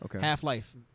Half-Life